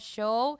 show